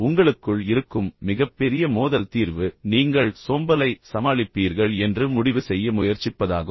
உங்களுக்குள் இருக்கும் மிகப்பெரிய மோதல் தீர்வு நீங்கள் சோம்பலை சமாளிப்பீர்கள் என்று முடிவு செய்ய முயற்சிப்பதாகும்